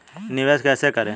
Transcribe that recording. निवेश कैसे करें?